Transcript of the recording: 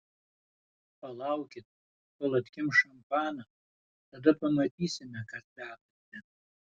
palaukit kol atkimš šampaną tada pamatysime kas dedasi